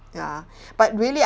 ya but really